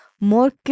more